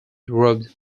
road